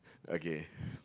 okay